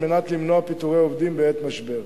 על מנת למנוע פיטורי עובדים בעת משבר.